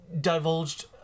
divulged